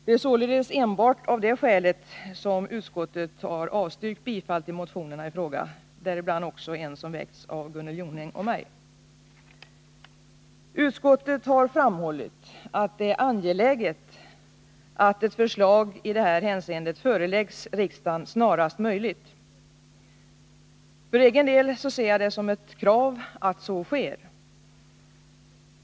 De är således enbart av det skälet som utskottet har avstyrkt bifall till motionerna i fråga, däribland också en som väckts av Gunnel Jonäng och mig. Utskottet har framhållit att det är angeläget att ett förslag i detta hänseende föreläggs riksdagen snarast möjligt. För egen del ser jag det som ett krav att så sker.